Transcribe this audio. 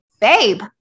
babe